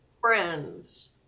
Friends